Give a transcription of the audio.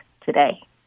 today